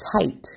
tight